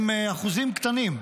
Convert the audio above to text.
הם אחוזים קטנים.